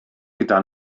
gyda